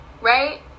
right